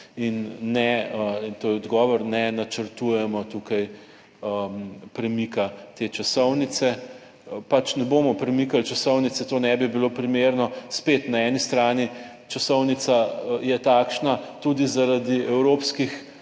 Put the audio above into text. in to je odgovor, ne načrtujemo tukaj premika te časovnice, pač ne bomo premikali časovnice, to ne bi bilo primerno. Spet, na eni strani časovnica je takšna tudi zaradi evropskih